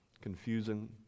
confusing